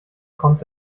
kommt